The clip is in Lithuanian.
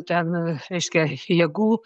ten reiškia jėgų